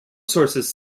sources